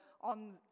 on